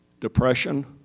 depression